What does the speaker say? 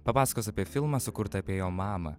papasakos apie filmą sukurtą apie jo mamą